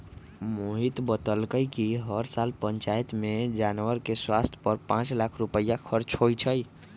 मोहित बतलकई कि हर साल पंचायत में जानवर के स्वास्थ पर पांच लाख रुपईया खर्च होई छई